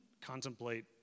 contemplate